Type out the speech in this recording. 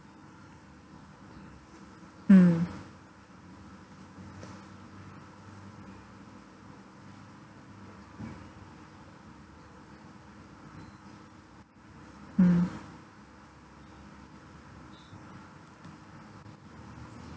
mm mm